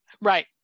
Right